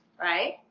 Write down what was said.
right